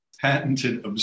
patented